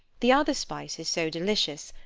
the other spices so delicious,